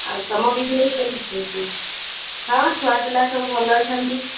ଆଉ ତୁମ ବିଜନେସ୍ କେମିତି ଚାଲିଛି ହଁ ଛୁଆପିଲା ସବୁ ଭଲ ଅଛନ୍ତି